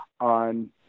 on